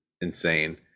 insane